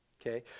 Okay